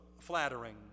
flattering